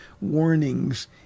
warnings